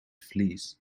fleas